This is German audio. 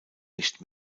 nicht